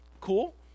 cool